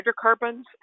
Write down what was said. hydrocarbons